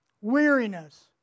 Weariness